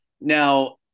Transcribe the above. now